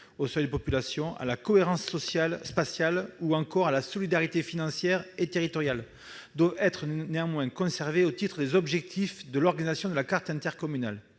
aux seuils de population, à la cohérence sociale, spatiale, ou encore à la solidarité financière et territoriale, doivent néanmoins être conservées au titre des objectifs de l'organisation de la carte intercommunale.